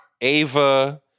Ava